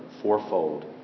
fourfold